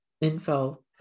info